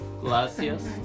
Gracias